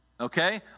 Okay